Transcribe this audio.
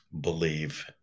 believe